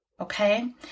okay